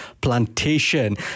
plantation